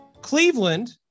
Cleveland